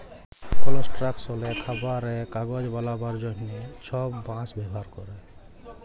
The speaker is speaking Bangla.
কলস্ট্রাকশলে, খাবারে, কাগজ বালাবার জ্যনহে ছব বাঁশ ব্যাভার ক্যরে